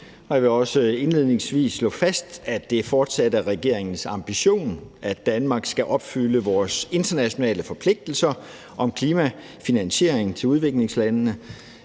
jeg vil også indledningsvis slå fast, at det fortsat er regeringens ambition, at Danmark skal opfylde vores internationale forpligtelser om klimafinansiering til udviklingslandene,